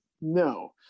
No